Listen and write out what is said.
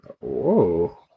Whoa